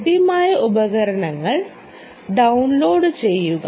ലഭ്യമായ ഉപകരണങ്ങൾ ഡൌൺലോഡുചെയ്യുക